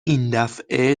ایندفعه